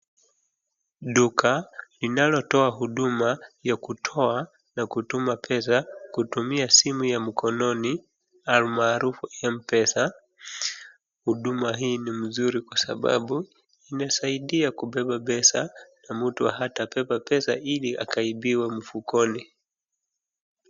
Duka linayotoa huduma ya kutoa kutumia pesa kutumia simu ya mkononi alam marufu Mpesa .Huduma hii ni mzuri kwa sababu inasaidia kubeba pesa na mtu hatabeba pesa ili akaibiwa mfukoni.